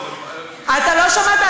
לא, אני לא, אתה לא שמעת?